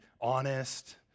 honest